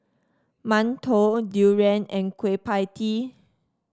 mantou durian and Kueh Pie Tee